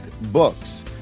books